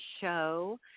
show